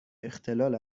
اختلال